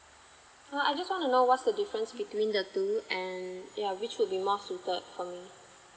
uh I just want to know what's the difference between the two and yeah which would be more suiter for me